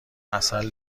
عسل